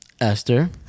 Esther